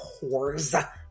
whores